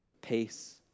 peace